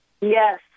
Yes